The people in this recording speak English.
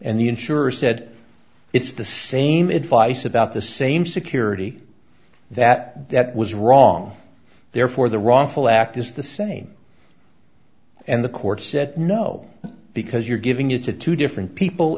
and the insurer said it's the same advice about the same security that that was wrong therefore the wrongful act is the same and the court said no because you're giving it to two different people